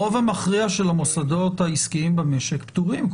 הרוב המכריע של המוסדות העסקיים במשק, פטורים.